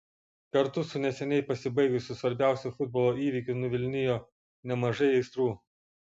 kartu su neseniai pasibaigusiu svarbiausiu futbolo įvykiu nuvilnijo nemažai aistrų